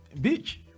beach